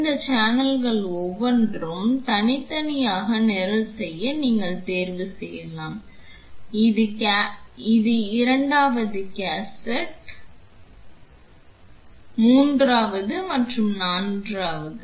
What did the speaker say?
இந்த சேனல்கள் ஒவ்வொன்றையும் தனித்தனியாக நிரல் செய்ய நீங்கள் தேர்வு செய்யலாம் இது 2வது கேசட் 3வது மற்றும் 4வது